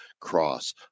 cross